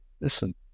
Listen